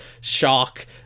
shock